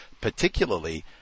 particularly